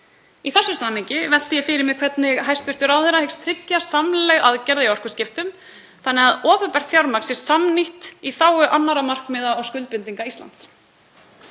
Í þessu samhengi velti ég fyrir mér hvernig hæstv. ráðherra hyggst tryggja samlegð aðgerða í orkuskiptum þannig að opinbert fjármagn sé samnýtt í þágu annarra markmiða og skuldbindinga Íslands.